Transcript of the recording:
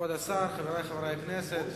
כבוד השר, חברי חברי הכנסת,